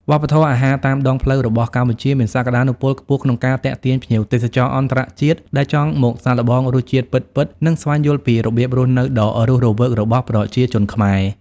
វប្បធម៌អាហារតាមដងផ្លូវ របស់កម្ពុជាមានសក្ដានុពលខ្ពស់ក្នុងការទាក់ទាញភ្ញៀវទេសចរអន្តរជាតិ ដែលចង់មកសាកល្បងរសជាតិពិតៗ និងស្វែងយល់ពីរបៀបរស់នៅដ៏រស់រវើករបស់ប្រជាជនខ្មែរ។